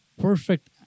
perfect